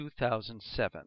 2007